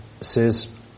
says